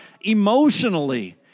emotionally